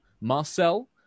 Marcel